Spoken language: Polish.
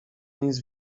nic